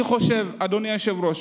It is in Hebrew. אני חושב, אדוני היושב-ראש,